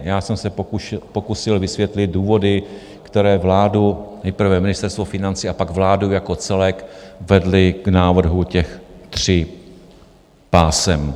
Já jsem se pokusil vysvětlit důvody, které vládu, nejprve Ministerstvo financí a pak vládu jako celek vedly k návrhu těch tří pásem.